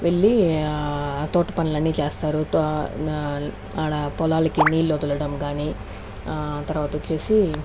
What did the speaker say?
వెళ్లి ఆ తోట పనులన్నీ చేస్తారు తో ఆడ పొలాలకి నీళ్లు వదలడం గాని తర్వాత వచ్చేసి